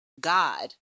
God